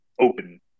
open